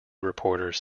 reporters